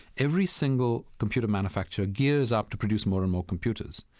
every single computer manufacturer gears up to produce more and more computers.